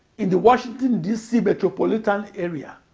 in the washington, dc, metropolitan area,